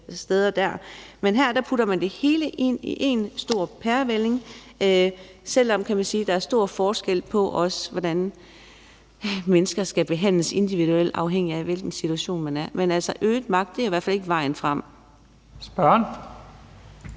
steder. Her putter man det hele ind i en stor pærevælling, selv om der er stor forskel på, hvordan mennesker skal behandles individuelt, afhængigt af hvilken situation de er i. Men øget magt er i hvert fald ikke vejen frem. Kl.